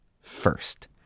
first